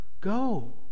go